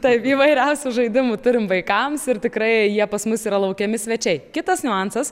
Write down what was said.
taip įvairiausių žaidimų turim vaikams ir tikrai jie pas mus yra laukiami svečiai kitas niuansas